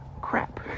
crap